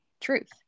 truth